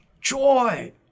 joy